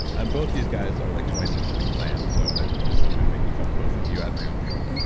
both these guys are like twice as jacked as i am. so i'm just you know making fun of both of you at my own peril.